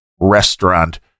restaurant